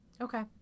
okay